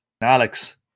Alex